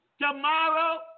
tomorrow